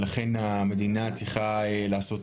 לכן המדינה צריכה לעשות